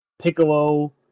Piccolo